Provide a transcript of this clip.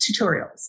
tutorials